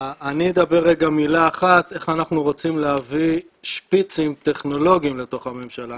אני אדבר רגע להביא שפיצים טכנולוגיים לתוך הממשלה.